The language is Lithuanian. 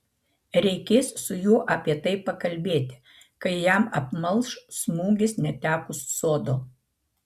reikės su juo apie tai pakalbėti kai jam apmalš smūgis netekus sodo